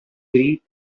breed